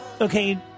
Okay